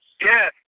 Yes